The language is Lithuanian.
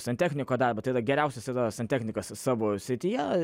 santechniko darbą tai yra geriausias santechnikas savo srityje